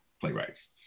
playwrights